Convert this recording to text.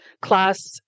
class